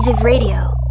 Radio